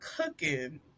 cooking